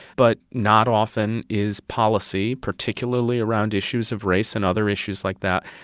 but not often is policy, particularly around issues of race and other issues like that,